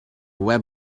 web